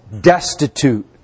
Destitute